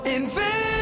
Invincible